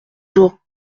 jours